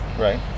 right